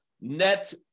net